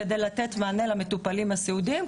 כדי לתת מענה למטופלים הסיעודיים.